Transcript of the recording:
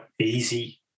easy